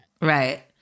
Right